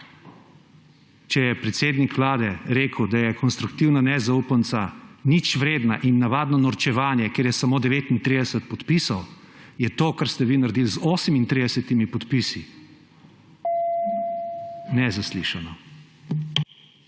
Če je predsednik vlade rekel, da je konstruktivna nezaupnica ničvredna in navadno norčevanje, ker je samo 39 podpisov, je to, kar ste vi naredili z 38 podpisi, nezaslišano.